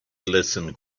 listened